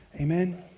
Amen